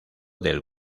del